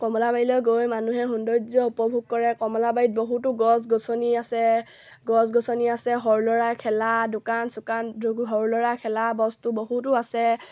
কমলাবাৰীলৈ গৈ মানুহে সৌন্দৰ্য উপভোগ কৰে কমলাবাৰীত বহুতো গছ গছনি আছে গছ গছনি আছে সৰু ল'ৰাই খেলা দোকান চোকান সৰু ল'ৰাই খেলাবস্তু বহুতো আছে